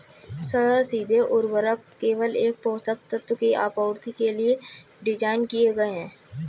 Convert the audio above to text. सरल सीधे उर्वरक केवल एक पोषक तत्व की आपूर्ति के लिए डिज़ाइन किए गए है